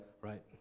right